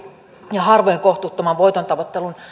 ja harvojen kohtuuttoman voitontavoittelun